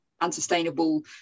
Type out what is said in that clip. unsustainable